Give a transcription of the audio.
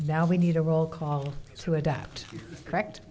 now we need a roll call to adapt correct